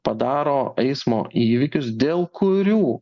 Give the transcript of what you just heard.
padaro eismo įvykius dėl kurių